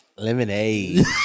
Lemonade